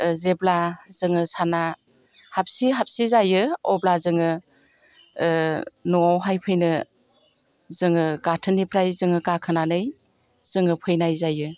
जेब्ला जोङो साना हाबसि हाबसि जायो अब्ला जोङो न'आवहाय फैनो जोङो गाथोननिफ्राय जोङो गाखोनानै जोङो फैनाय जायो